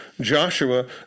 Joshua